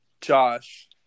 Josh